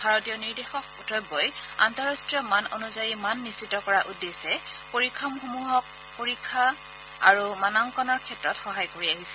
ভাৰতীয় নিৰ্দেশক দ্ৰব্য আন্তৰাষ্টীয় মান অনুযায়ী মান নিশ্চিত কৰাৰ উদ্দেশ্যে পৰীক্ষাগাৰসমূহক পৰীক্ষা আৰু মানাংকনৰ ক্ষেত্ৰত সহায় কৰি আহিছে